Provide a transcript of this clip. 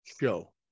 Show